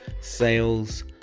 sales